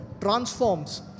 transforms